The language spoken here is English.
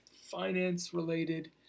finance-related